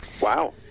wow